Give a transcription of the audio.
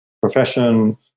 profession